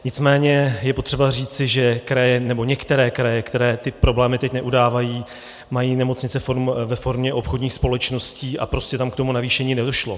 Nicméně je potřeba říci, že kraje nebo některé kraje, které ty problémy teď neudávají, mají nemocnice ve formě obchodních společností a tam k tomu navýšení nedošlo.